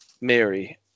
Mary